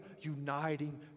uniting